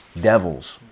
devils